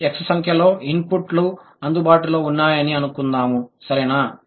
కొన్ని X సంఖ్యలో ఇన్పుట్లు అందుబాటులో ఉన్నాయని అనుకుందాము సరేనా